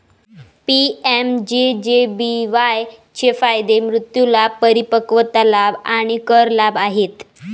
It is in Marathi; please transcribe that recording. पी.एम.जे.जे.बी.वाई चे फायदे मृत्यू लाभ, परिपक्वता लाभ आणि कर लाभ आहेत